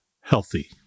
healthy